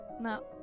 No